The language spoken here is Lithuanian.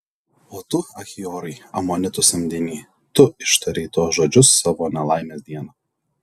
o tu achiorai amonitų samdiny tu ištarei tuos žodžius savo nelaimės dieną